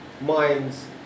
minds